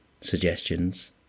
suggestions